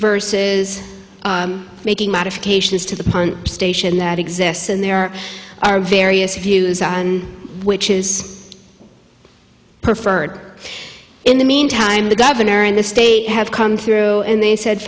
verses making modifications to the park station that exists and there are various views which is preferred in the mean time the governor and the state have come through and they said